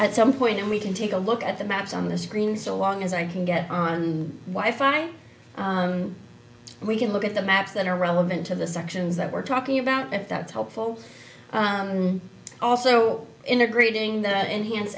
at some point and we can take a look at the maps on the screen so long as i can get on why fine we can look at the maps that are relevant to the sections that we're talking about that's helpful also integrating that enhance